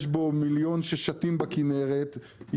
יש בו מיליון ששטים בכנרת.